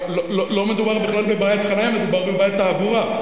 לא מדובר בכלל בבעיית חנייה, מדובר בבעיית תעבורה.